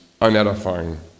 unedifying